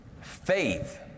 Faith